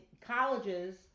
Colleges